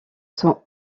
sont